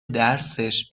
درسش